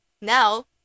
Now